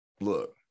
look